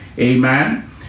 amen